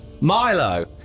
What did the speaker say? Milo